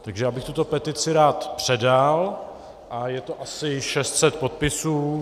Takže já bych tuto petici rád předal a je to asi 600 podpisů.